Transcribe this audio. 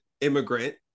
immigrant